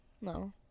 No